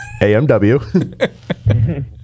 AMW